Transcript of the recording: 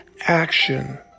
action